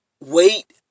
wait